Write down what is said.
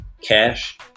Cash